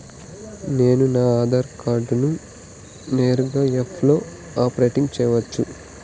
నేను నా ఆధార్ కార్డును నేరుగా యాప్ లో అప్లోడ్ సేయొచ్చా?